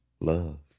love